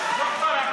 תשתה קפה ותחזור).